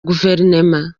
guverinoma